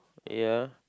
ya